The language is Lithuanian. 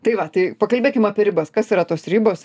tai va tai pakalbėkim apie ribas kas yra tos ribos